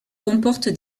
comporte